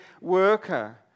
worker